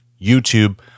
YouTube